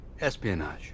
Espionage